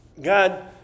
God